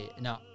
no